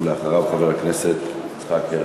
ואחריו, חבר הכנסת יצחק הרצוג.